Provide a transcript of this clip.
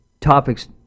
topics